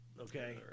okay